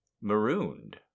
marooned